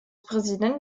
präsident